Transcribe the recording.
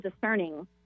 discerning